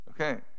Okay